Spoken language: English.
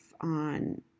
on